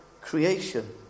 creation